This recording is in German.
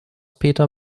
peter